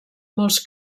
molts